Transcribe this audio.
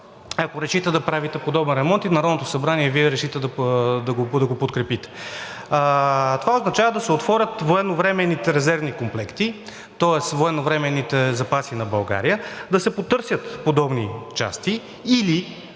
ако решите да правите подобен ремонт и Народното събрание, и Вие решите да го подкрепите – първият ще означава да се отворят военновременните резервни комплекти, тоест военновременните запаси на България, за да се потърсят подобни части,